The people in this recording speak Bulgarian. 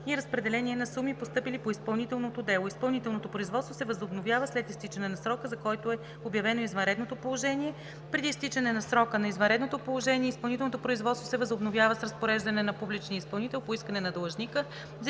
и разпределение на суми, постъпили по изпълнителното дело; изпълнителното производство се възобновява след изтичане на срока, за който е обявено извънредното положение; преди изтичане на срока на извънредното положение изпълнителното производство се възобновява с разпореждане на публичния изпълнител по искане на длъжника,